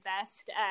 best